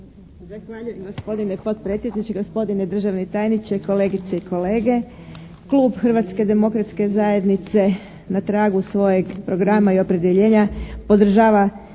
Zahvaljujem gospodine potpredsjedniče. Gospodine državni tajniče, kolegice i kolege! Klub Hrvatske demokratske zajednice na tragu svojeg programa i opredjeljenja podržava